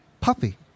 Puffy